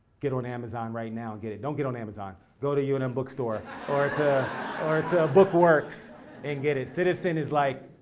get on amazon right now and get it. don't get on amazon, go to and unm bookstore or to or to bookworks and get it. citizen is like,